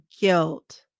guilt